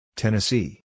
Tennessee